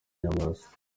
nyamwasa